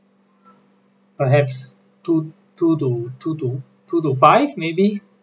perhaps two two to two to two to five maybe